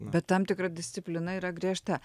bet tam tikra disciplina yra griežta